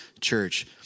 church